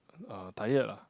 uh tired ah